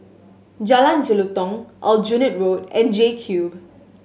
Jalan Jelutong Aljunied Road and JCube